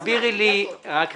תסבירי לי רק רגע.